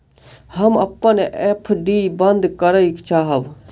हम अपन एफ.डी बंद करय चाहब